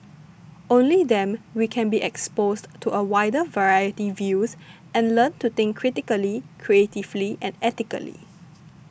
only them we can be exposed to a wider variety views and learn to think critically creatively and ethically